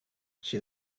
she